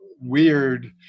weird